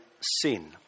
sin